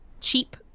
cheap